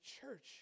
church